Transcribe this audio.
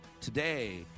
Today